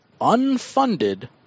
unfunded